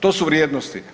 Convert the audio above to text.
To su vrijednosti.